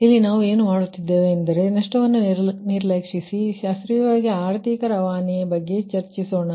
ಆದ್ದರಿಂದ ನಾವು ಏನು ಮಾಡುತ್ತೇವೆಂದರೆ ನಷ್ಟವನ್ನು ನಿರ್ಲಕ್ಷಿಸಿ ಮೊದಲು ಶಾಸ್ತ್ರೀಯ ಆರ್ಥಿಕ ರವಾನೆ ಬಗ್ಗೆ ಚರ್ಚಿಸೋಣ